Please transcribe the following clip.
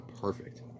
perfect